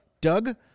Doug